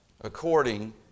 according